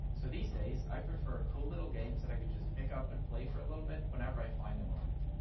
so these days i prefer cool little games that i can just pick up and play for a little bit whenever i find a moment.